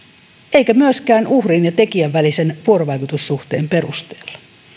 eikä myöskään uhrin ja tekijän välisen vuorovaikutussuhteen perusteella